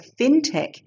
fintech